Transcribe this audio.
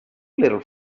little